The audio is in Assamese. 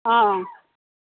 অঁ